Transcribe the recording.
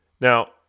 Now